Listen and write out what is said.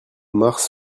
mars